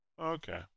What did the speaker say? Okay